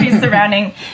surrounding